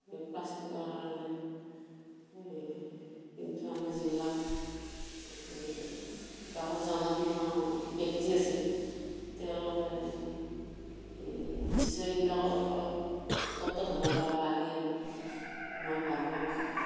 এই প্লাষ্টিকৰ কাৰণে এই কিন্তু আমাৰ যিবিলাক গাঁৱৰ জনা শনা ব্যক্তি আছে তেওঁলোকে এই নিশ্চয়বিলাকক অলপ তত্বধনৰ লয় বা আহে আৰু মই ভাবোঁ আৰু